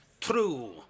true